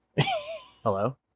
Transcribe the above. Hello